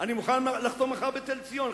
אני מוכן לחתום מחר בתל-ציון.